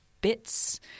bits